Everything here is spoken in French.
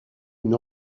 une